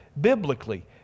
biblically